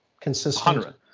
consistent